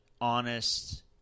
honest